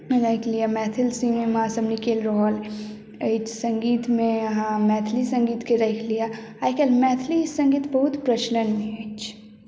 राखि लिअ मैथिल सिनेमा सब निकलि रहल अछि संगीत मे अहाँ मैथिली संगीत के राखि लीअ आइ काल्हि मैथिली संगीत बहुत प्रचलन मे अछि